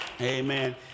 Amen